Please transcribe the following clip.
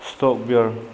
stock beer